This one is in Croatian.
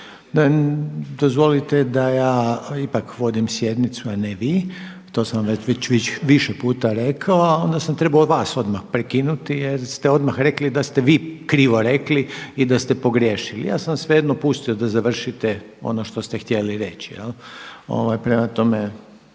Dozvolite da ja ipak vodim sjednicu, a ne vi, to sam vam već više puta rekao, a onda sam trebao odmah vas prekinuti jer ste odmah rekli da ste vi krivo rekli i da ste pogriješili. Ja sam vas svejedno pustio da završite ono što ste htjeli reći. Prema tome